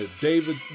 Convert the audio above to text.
David